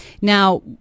now